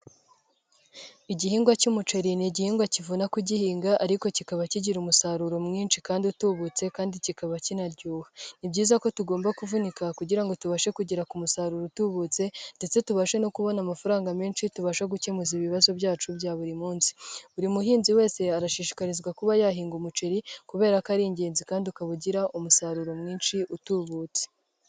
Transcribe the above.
Igihingwa cy'umuceri, ni igihingwa kivuna kugihinga ariko kikaba kigira umusaruro mwinshi kandi utubutse kandi kikaba kinaryoha, ni byiza ko tugomba kuvunika kugira ngo tubashe kugera ku musaruro utubutse ndetse tubashe no kubona amafaranga menshi tubasha gukemura ibibazo byacu bya buri munsi. Buri muhinzi wese arashishikarizwa kuba yahinga umuceri kubera ko ari ingenzi kandi ukaba ugira umusaruro mwinshi utubutse.